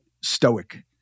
stoic